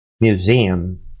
Museum